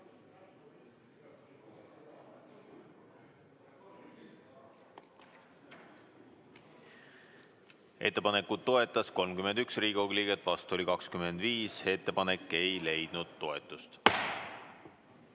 Ettepanekut toetas 31 Riigikogu liiget, vastu oli 25. Ettepanek ei leidnud toetust.